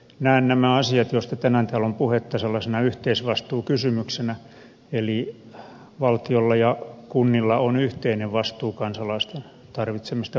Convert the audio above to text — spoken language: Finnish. näen nämä asiat joista tänään täällä on puhetta sellaisena yhteisvastuukysymyksenä eli valtiolla ja kunnilla on yhteinen vastuu kansalaisten tarvitsemista palveluista